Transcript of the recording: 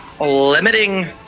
Limiting